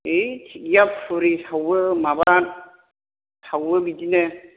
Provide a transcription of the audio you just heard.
ओइ थिग गैया फुरि सावो माबा सावो बिदिनो